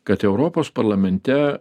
kad europos parlamente